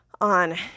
on